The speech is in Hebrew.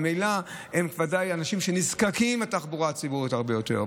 וממילא הם ודאי אנשים שנזקקים לתחבורה הציבורית הרבה יותר.